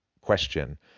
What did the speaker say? question